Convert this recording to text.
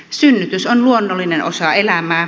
synnytys on luonnollinen osa elämää